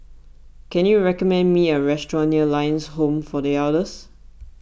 can you recommend me a restaurant near Lions Home for the Elders